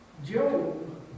Job